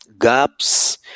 gaps